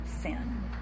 sin